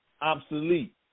obsolete